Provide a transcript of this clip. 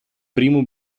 primo